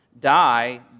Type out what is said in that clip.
die